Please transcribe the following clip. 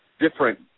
different